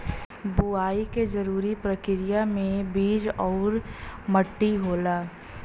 बुवाई के जरूरी परकिरिया में बीज आउर मट्टी होला